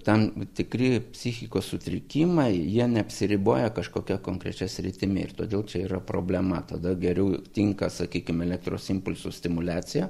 tam tikri psichikos sutrikimai jie neapsiriboja kažkokia konkrečia sritimi ir todėl čia yra problema tada geriau tinka sakykim elektros impulsų stimuliacija